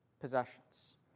possessions